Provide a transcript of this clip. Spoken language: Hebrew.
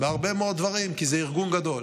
בהרבה מאוד דברים, כי זה ארגון גדול.